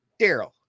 Daryl